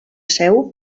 seu